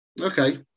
okay